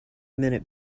minute